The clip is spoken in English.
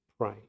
pray